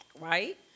right